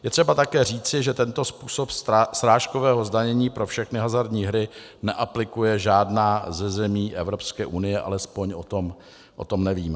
Je třeba také říci, že tento způsob srážkového zdanění pro všechny hazardní hry neaplikuje žádná ze zemí Evropské unie, alespoň o tom nevím.